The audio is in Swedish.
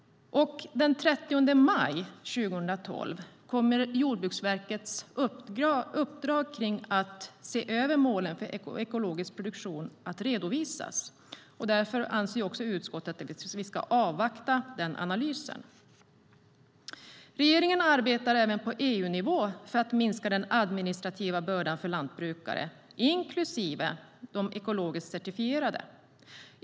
Den 30 maj 2012 kommer Jordbruksverkets uppdrag att se över målen för ekologisk produktion att redovisas. Därför anser utskottet att vi ska avvakta den analysen. Regeringen arbetar även på EU-nivå för att minska den administrativa bördan för lantbrukare, inklusive de ekologiskt certifierade.